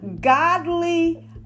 godly